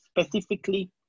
specifically